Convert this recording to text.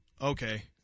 Okay